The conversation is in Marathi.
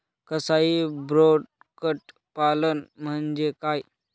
कसाई बोकड पालन म्हणजे काय?